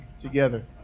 together